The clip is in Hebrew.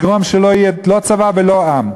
יגרום שלא יהיו לא צבא ולא עם.